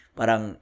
parang